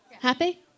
Happy